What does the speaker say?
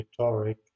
rhetoric